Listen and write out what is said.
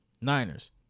Niners